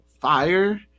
fire